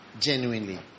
genuinely